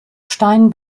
stein